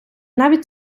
навіть